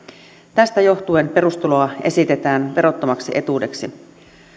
tästä johtuen perustuloa esitetään verottomaksi etuudeksi